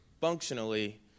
Functionally